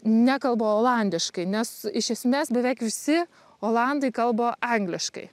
nekalba olandiškai nes iš esmės beveik visi olandai kalba angliškai